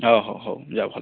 ଅ ହଉ ହଉ ଯା ଭଲ